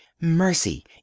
mercy